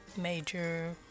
major